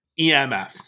EMF